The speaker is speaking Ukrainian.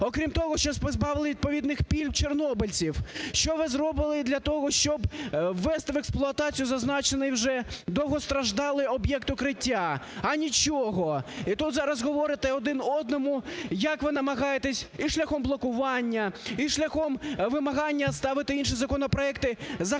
окрім того, що позбавили відповідних пільг чорнобильців? Що ви зробили для того, щоб ввести в експлуатацію зазначений вже довгостраждалий об'єкт "Укриття"? А нічого. І тут зараз говорите один одному, як ви намагаєтесь і шляхом блокування, і шляхом вимагання ставити інші законопроекти, захистити